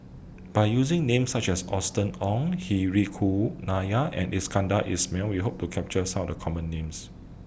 By using Names such as Austen Ong Hri Nair and Iskandar Ismail We Hope to capture Some of The Common Names